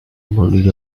abraded